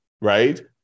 Right